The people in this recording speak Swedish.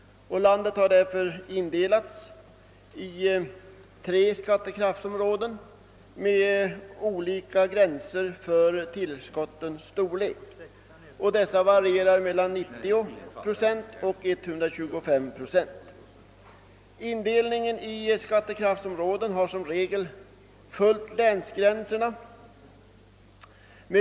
Landet har därför indelats i tre skattekraftsområden med olika gränser för tillskottens storlek. Dessa varierar mellan 90 och 125 procent. Indelningen i skattekraftsområden har som regel följt länsgränserna.